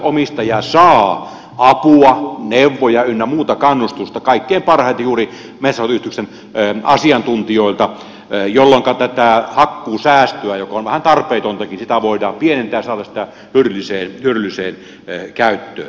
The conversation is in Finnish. kaupunkilaisomistaja saa apua neuvoja ynnä muuta kannustusta kaikkein parhaiten juuri metsänhoitoyhdistyksen asiantuntijoilta jolloinka tätä hakkuusäästöä joka on vähän tarpeetontakin voidaan pienentää saada sitä hyödylliseen käyttöön